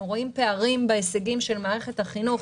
רואים פערים בהישגים של מערכת החינוך